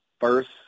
first